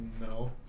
no